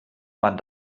man